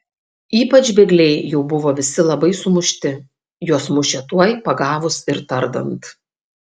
ypač bėgliai jau buvo visi labai sumušti juos mušė tuoj pagavus ir tardant